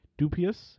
Dupius